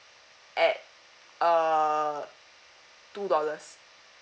at err two dollars